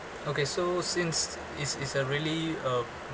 okay so since it's it's a really a